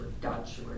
Dutch